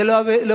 זה לא ברצינות.